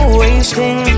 wasting